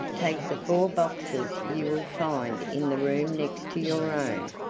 take the four boxes you will find in the room next to your own,